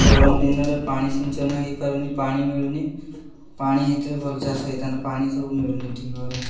ଗରମ ଦିନରେ ପାଣି ସିଞ୍ଚନ ହେଇପାରୁନି ପାଣି ମିଳୁନି ପାଣି ହେଇଥିଲେ ଭଲ୍ ଚାଷ ହେଇଥାନ୍ତା ପାଣି ସବୁ ମିଳୁନି ଠିକ୍ ଭାବରେ